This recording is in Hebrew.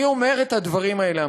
אני אומר את הדברים האלה,